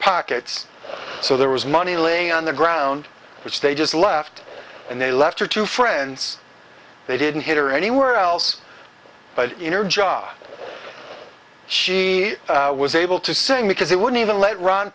pockets so there was money laying on the ground which they just left and they left her two friends they didn't hit her anywhere else but in or job she was able to sing because they wouldn't even let ron